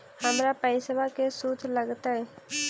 हमर पैसाबा के शुद्ध लगतै?